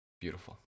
beautiful